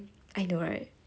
I know right